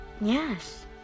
yes